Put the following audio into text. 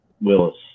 Willis